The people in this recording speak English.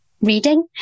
reading